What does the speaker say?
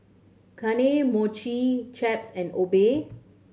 Kane Mochi Chaps and Obey